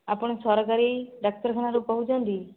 ଆପଣ ସରକାରୀ ଡାକ୍ତରଖାନାରୁ କହୁଛନ୍ତି